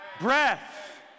breath